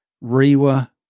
REWA